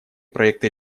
проекты